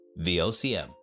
VOCM